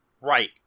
Right